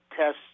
tests